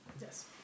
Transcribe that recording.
Yes